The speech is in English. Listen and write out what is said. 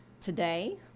today